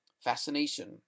fascination